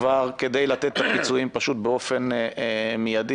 כדי לתת את הפיצויים פשוט באופן מיידי